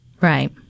Right